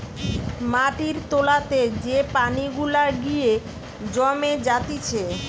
মাটির তোলাতে যে পানি গুলা গিয়ে জমে জাতিছে